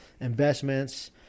investments